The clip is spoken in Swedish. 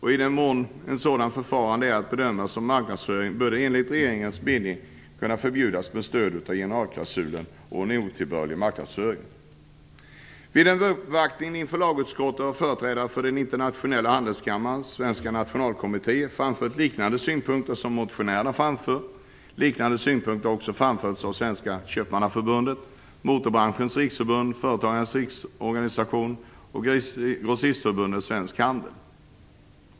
I den mån ett sådant förfarande är att bedöma som marknadsföring bör det enligt regeringens mening kunna förbjudas med stöd av generalklausulen om otillbörlig marknadsföring. Vid en uppvaktning inför lagutskottet har företrädare för Internationella handelskammarens svenska nationalkommitté framfört liknande synpunkter som motionärerna. Liknande synpunkter har också framförts av Sveriges Köpmannaförbund, Motorbranschens Riksförbund, Företagarnas Riksorganisation och Grossistförbundet Svensk Handel.